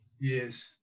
Yes